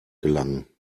gelangen